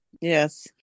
yes